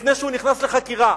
לפני שהוא נכנס לחקירה,